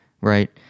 right